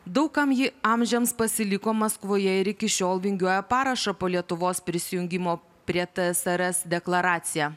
daug kam ji amžiams pasiliko maskvoje ir iki šiol vingiuoja parašą po lietuvos prisijungimo prie tsrs deklaracija